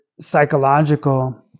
psychological